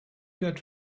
that